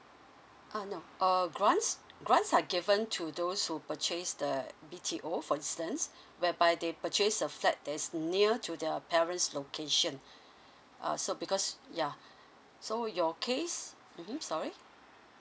ah no err grants grants are given to those who purchased the B_T_O for instance whereby they purchase a flat that's near to the parents' location uh so because ya so your case mmhmm sorry